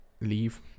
leave